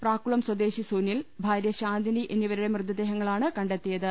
പ്രാക്കുളം സ്വദേശി സുനിൽ ഭാര്യ ശാന്തിനി എന്നിവരുടെ മൃതദേ ഹങ്ങളാണ് കണ്ടെത്തിയത്